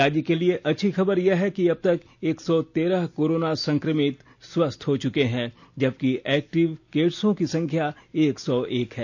राज्य के लिए अच्छी खबर यह है कि अबतक एक सौ तेरह कोरोना संक्रमित स्वस्थ हो चुके हैं जबकि एक्टिव केसों की संख्या एक सौ एक है